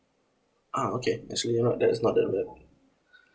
ah okay actually not that is not that bad